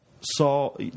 saw